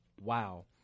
Wow